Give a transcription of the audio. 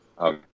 Okay